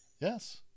Yes